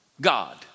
God